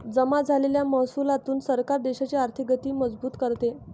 जमा झालेल्या महसुलातून सरकार देशाची आर्थिक गती मजबूत करते